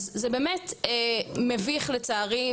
אז זה באמת מביך לצערי,